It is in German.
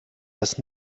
das